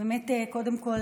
קודם כול,